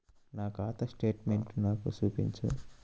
నా ఖాతా స్టేట్మెంట్ను నాకు చూపించు